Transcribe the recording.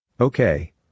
Okay